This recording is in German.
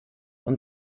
und